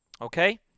Okay